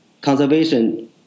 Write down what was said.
conservation